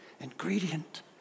ingredient